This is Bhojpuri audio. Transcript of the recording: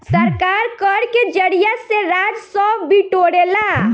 सरकार कर के जरिया से राजस्व बिटोरेला